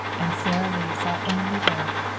and sara lee saw only that,